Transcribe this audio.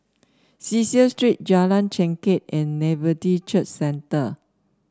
Cecil Street Jalan Chengkek and Nativity Church Centre